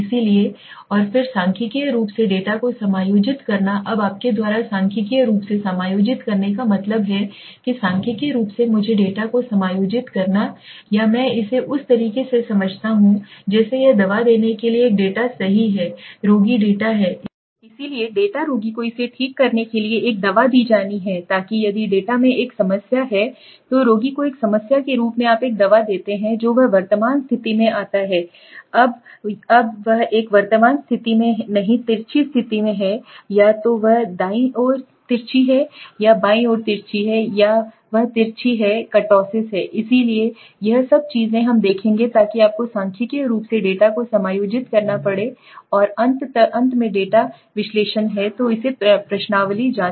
इसलिए और फिर सांख्यिकीय रूप से डेटा को समायोजित करना अब आपके द्वारा सांख्यिकीय रूप से समायोजित करने का मतलब है सांख्यिकीय रूप से मुझे डेटा को समायोजित करना या मैं इसे उस तरीके से समझाता हूं जैसे यह दवा देने के लिए है डेटा सही है रोगी डेटा है इसलिए डेटा रोगी को इसे ठीक करने के लिए एक दवा दी जानी है ताकि यदि डेटा में एक समस्या है तो रोगी को एक समस्या के रूप में आप एक दवा देते हैं जो वह वर्तमान स्थिति में आता है वह अब एक सामान्य स्थिति में नहीं तिरछी स्थिति में है या तो वह दाईं ओर तिरछी है या बाईं ओर तिरछी है या वह तिरछी है कर्टोटिक है इसलिए यह सब चीजें हम देखेंगे ताकि आपको सांख्यिकीय रूप से डेटा को समायोजित करना पड़े और तो अंत में डेटा विश्लेषण है तो पहले प्रश्नावली जाँच